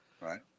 Right